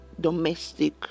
domestic